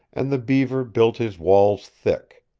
and the beaver built his walls thick,